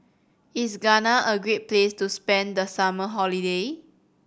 is Ghana a great place to spend the summer holiday